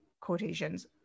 quotations